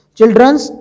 Children's